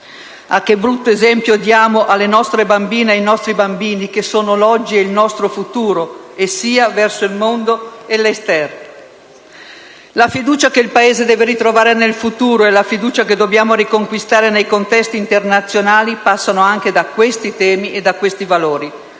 a che brutto esempio diamo alle nostre bambine e ai nostri bambini che sono l'oggi e il nostro futuro), sia verso il resto del mondo. La fiducia che il Paese deve ritrovare nel futuro e la fiducia che dobbiamo riconquistare nei contesti internazionali passano anche da questi temi e da questi valori.